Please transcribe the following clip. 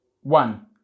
One